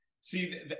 See